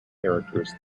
characters